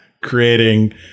creating